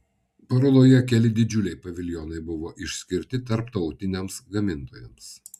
parodoje keli didžiuliai paviljonai buvo išskirti tarptautiniams gamintojams